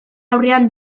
aurrean